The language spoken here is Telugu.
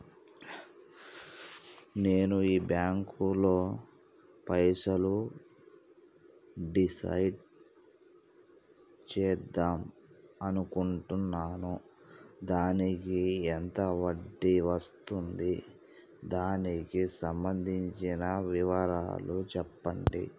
నేను ఈ బ్యాంకులో పైసలు డిసైడ్ చేద్దాం అనుకుంటున్నాను దానికి ఎంత వడ్డీ వస్తుంది దానికి సంబంధించిన వివరాలు చెప్పండి?